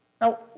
Now